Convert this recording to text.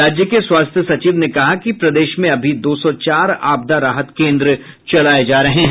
राज्य के स्वास्थ्य सचिव ने कहा कि प्रदेश में अभी दो सौ चार आपदा राहत केंद्र चलाये जा रहे हैं